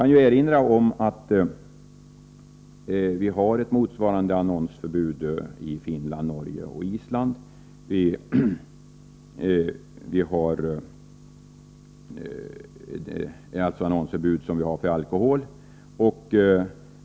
Jag kan erinra om att i Finland, Norge och på Island har man ett annonsförbud när det gäller tobak som motsvarar vårt förbud mot alkoholan nonsering.